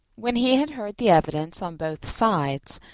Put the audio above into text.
when he had heard the evidence on both sides,